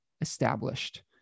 established